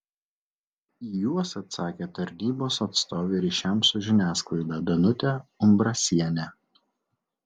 į juos atsakė tarnybos atstovė ryšiams su žiniasklaida danutė umbrasienė